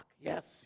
yes